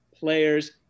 players